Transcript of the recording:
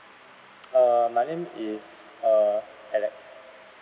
uh my name is uh alex